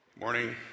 morning